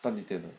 但你真的